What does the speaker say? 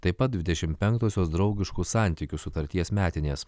taip pat dvidešimt penktosios draugiškų santykių sutarties metinės